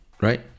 right